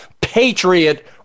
Patriot